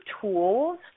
tools